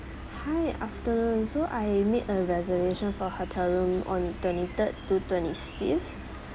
hi afternoon so I made a reservation for hotel room on twenty third to twenty fifth